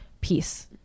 Peace